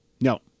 No